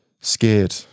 scared